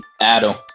Adam